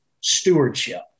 stewardship